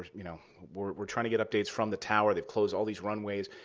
you know, we're trying to get updates from the tower. they've closed all these runways.